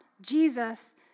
Jesus